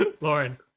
Lauren